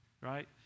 right